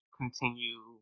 continue